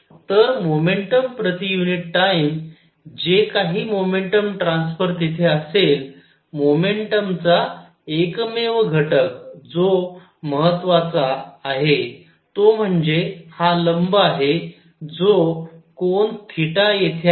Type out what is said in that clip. तर मोमेंटम प्रति unit time जे काही मोमेंटम ट्रान्स्फर तेथे असेल मोमेंटम चा एकमेव घटक जो महत्वाचा आहे तो म्हणजे हा लंब आहे जो कोन थिटा येथे आहे